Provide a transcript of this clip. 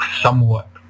Somewhat